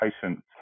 patient's